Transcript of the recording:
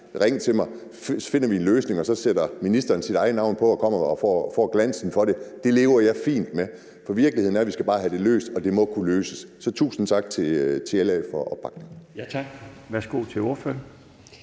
Ring til mig, og så finder vi en løsning, og så sætter ministeren sit eget navn på og får kastet glansen på sig over det. Det lever jeg fint med, for virkeligheden er, at vi bare skal have det løst, og det må kunne løses. Så tusind tak til LA for opbakningen. Kl. 17:13 Den fg.